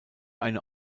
eine